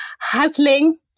hustling